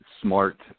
smart